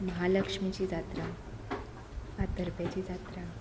महालक्ष्मीची जात्रा फातर्प्याची जात्रा